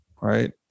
right